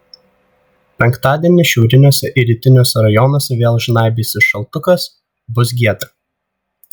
penktadienį šiauriniuose ir rytiniuose rajonuose vėl žnaibysis šaltukas bus giedra